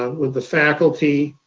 ah with the faculty,